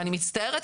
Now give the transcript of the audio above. ואני מצטערת,